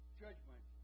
judgment